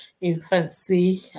infancy